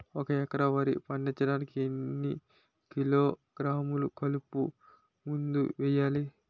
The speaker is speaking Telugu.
ఒక ఎకర వరి పండించటానికి ఎన్ని కిలోగ్రాములు కలుపు మందు వేయాలి?